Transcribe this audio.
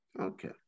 Okay